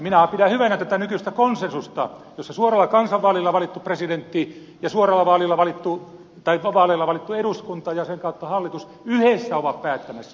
minä pidän hyvänä tätä nykyistä konsensusta jossa suoralla kansanvaalilla valittu presidentti ja vaaleilla valittu eduskunta ja sen kautta hallitus yhdessä ovat päättämässä